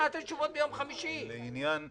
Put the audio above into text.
לפי העניין,